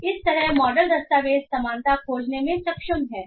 और इस तरह मॉडल दस्तावेज़ समानता खोजने में सक्षम है